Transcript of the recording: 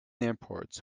airports